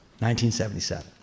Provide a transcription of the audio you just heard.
1977